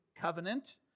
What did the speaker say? covenant